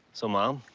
so, mom,